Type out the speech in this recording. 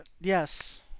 yes